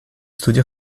studi